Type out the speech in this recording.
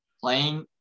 playing